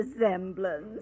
resemblance